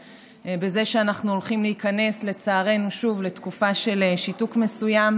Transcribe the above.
את זה שאנחנו שוב הולכים להיכנס לצערנו לתקופה של שיתוק מסוים.